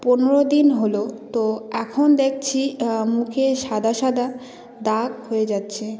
পনেরো দিন হল তো এখন দেখছি মুখে সাদা সাদা দাগ হয়ে যাচ্ছে